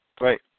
Right